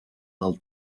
del